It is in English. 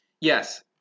yes